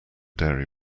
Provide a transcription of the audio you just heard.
dairy